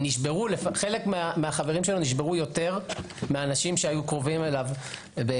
חלק מהחברים שלו נשברו יותר מהאנשים שהיו קרובים אליו.